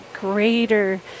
greater